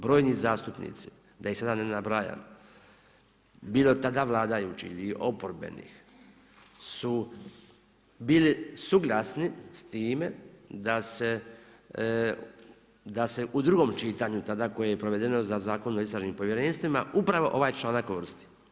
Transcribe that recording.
Brojni zastupnici, da ih sada ne nabrajam, bilo tada vladajući ili oporbenih su bili suglasni s time da se u drugom čitanju tada koje je provedeno za Zakonom o istražnim povjerenostima, upravo ovaj članak uvrsti.